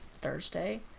Thursday